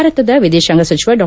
ಭಾರತದ ವಿದೇತಾಂಗ ಸಚಿವ ಡಾ